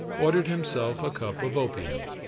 ordered himself a cup of opium.